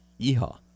yeehaw